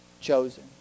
chosen